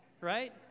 right